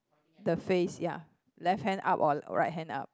the face ya left hand up or right hand up